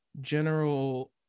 general –